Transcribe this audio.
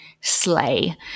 slay